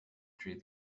treat